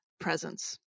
presence